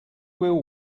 will